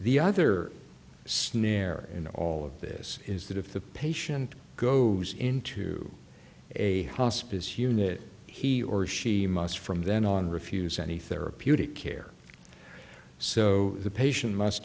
the other snare in all of this is that if the patient goes into a hospice unit he or she must from then on refuse any therapeutic care so the patient must